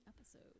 episode